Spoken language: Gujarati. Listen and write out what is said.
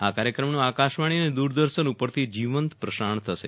આ કાર્યક્રમનું આકાશવાણી અને દૂરદર્શન ઉપરથી જીવંત પ્રસારણ થશે